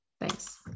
Thanks